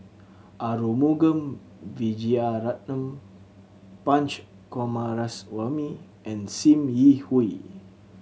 Arumugam Vijiaratnam Punch Coomaraswamy and Sim Yi Hui